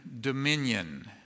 dominion